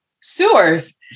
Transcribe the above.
Sewers